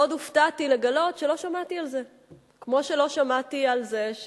מאוד הופתעתי לגלות שלא שמעתי על זה.